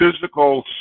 Physical